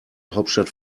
hauptstadt